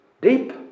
Deep